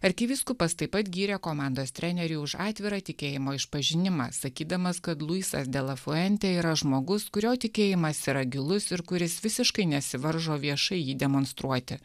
arkivyskupas taip pat gyrė komandos treneriui už atvirą tikėjimo išpažinimą sakydamas kad luisas de la fuente yra žmogus kurio tikėjimas yra gilus ir kuris visiškai nesivaržo viešai jį demonstruoti